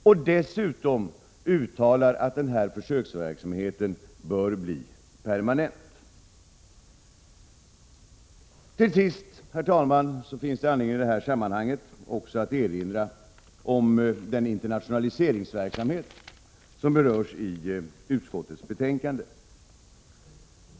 och dessutom uttala att denna försöksverksamhet bör bli permanent. Till sist, herr talman, finns det anledning att i detta sammanhang också erinra om den internationaliseringsverksamhet som berörs i utskottsbetänkandet.